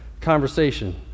conversation